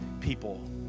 people